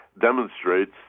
demonstrates